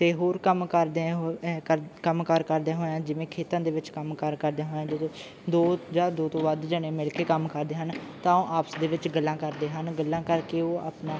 ਅਤੇ ਹੋਰ ਕੰਮ ਕਰਦਿਆਂ ਕੰਮ ਕਾਰ ਕਰਦਿਆਂ ਹੋਇਆਂ ਜਿਵੇਂ ਖੇਤਾਂ ਦੇ ਵਿੱਚ ਕੰਮ ਕਾਰ ਕਰਦਿਆਂ ਹੋਇਆ ਜਦੋਂ ਦੋ ਜਾਂ ਦੋ ਤੋਂ ਵੱਧ ਜਣੇ ਮਿਲ ਕੇ ਕੰਮ ਕਰਦੇ ਹਨ ਤਾਂ ਉਹ ਆਪਸ ਦੇ ਵਿੱਚ ਗੱਲਾਂ ਕਰਦੇ ਹਨ ਗੱਲਾਂ ਕਰਕੇ ਉਹ ਆਪਣਾ